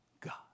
God